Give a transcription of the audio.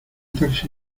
taxi